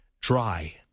dry